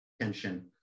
tension